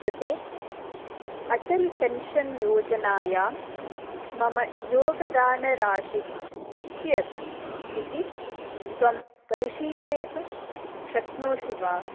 कृते अटल् पेन्शन् योजनायां मम योगदानराशिः कियत् इति त्वं परिशीलयितुं शक्नोषि वा